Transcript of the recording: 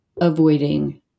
avoiding